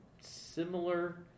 similar